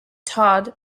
todd